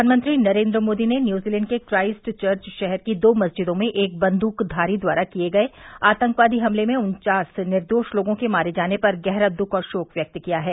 प्रधानमंत्री नरेन्द्र मोदी ने न्यूजीलैंड के क्राइस्टचर्च शहर की दो मस्जिदों में एक बंदूकधारी द्वारा किए गये आतंकवादी हमले में उन्चास निर्दोष लोगों के मारे जाने पर गहरा दुख और शोक व्यक्त किया है